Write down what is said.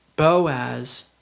Boaz